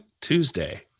Tuesday